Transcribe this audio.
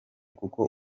kuko